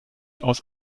aus